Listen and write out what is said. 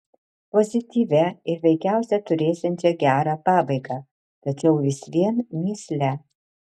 pozityvia ir veikiausia turėsiančia gerą pabaigą tačiau vis vien mįsle